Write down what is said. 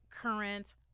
current